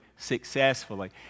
successfully